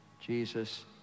Jesus